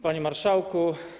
Panie Marszałku!